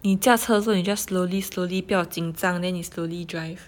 你驾车的时候 you just slowly slowly 不要紧张 then 你 slowly drive